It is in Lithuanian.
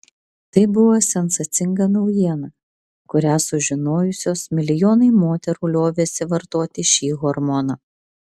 tai buvo sensacinga naujiena kurią sužinojusios milijonai moterų liovėsi vartoti šį hormoną